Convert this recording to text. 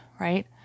right